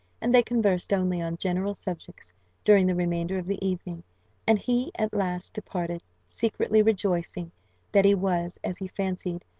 and they conversed only on general subjects during the remainder of the evening and he at last departed, secretly rejoicing that he was, as he fancied,